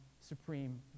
supreme